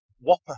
Whopper